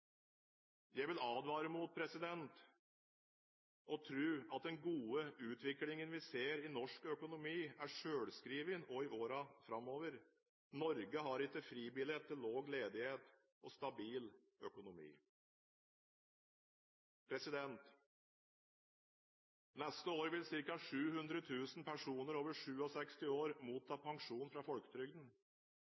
Jeg vil advare mot å tro at den gode utviklingen vi ser i norsk økonomi, er selvskreven også i årene framover. Norge har ikke fribillett til lav ledighet og stabil økonomi. Neste år vil ca. 700 000 personer over 67 år motta